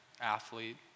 athlete